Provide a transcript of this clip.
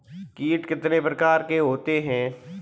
कीट कितने प्रकार के होते हैं?